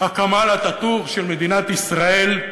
הכמאל אטאטורק של מדינת ישראל,